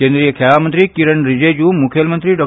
केंद्रीय खेळां मंत्री किरण रिझीजू मुखेलमंत्री डॉ